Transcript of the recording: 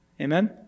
Amen